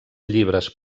llibres